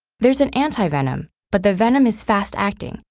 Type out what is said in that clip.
there's an anti-venom, but the venom is fast-acting,